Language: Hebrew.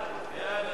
ההצעה